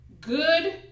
good